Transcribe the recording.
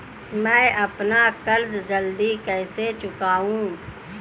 मैं अपना कर्ज जल्दी कैसे चुकाऊं?